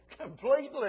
completely